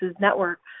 Network